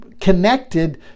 connected